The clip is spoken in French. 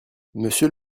monsieur